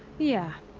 yeah.